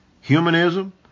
Humanism